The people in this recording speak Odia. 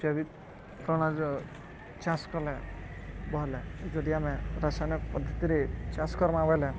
ଜୈବିକ୍ ପ୍ରଣାଳୀରେ ଚାଷ୍ କଲେ ଭଲ୍ ଏ ଯଦି ଆମେ ରାସାୟନିକ ପଦ୍ଧତିରେ ଚାଷ୍ କର୍ମା ବଏଲେ